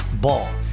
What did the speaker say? Ball